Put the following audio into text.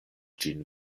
ĝin